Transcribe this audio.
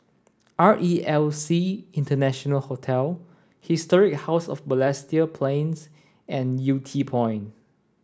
R E L C International Hotel Historic House of Balestier Plains and Yew Tee Point